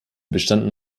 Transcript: bestanden